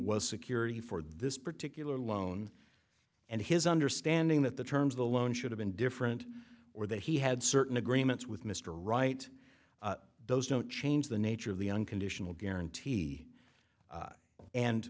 was security for this particular loan and his understanding that the terms of the loan should have been different or that he had certain agreements with mr right those don't change the nature of the unconditional guarantee